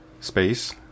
space